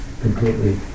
completely